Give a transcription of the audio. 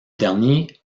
dernier